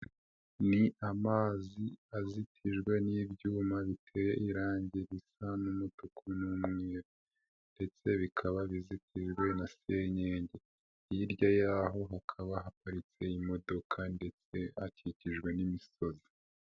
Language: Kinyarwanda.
Ni amazi azitijwe n'ibyuma bityeho irangi risa n'umutuku n'umweru ndetse bikaba bizitijwe na senyenge, hirya y'ho hakaba haparitse imodoka ndetse hakikijwe n'imisozi.